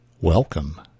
Welcome